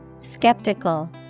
Skeptical